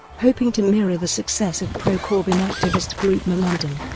hoping to mirror the success of pro-corbyn activist group momentum,